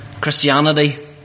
Christianity